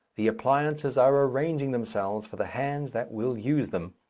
the appliances are arranging themselves for the hands that will use them,